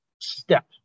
step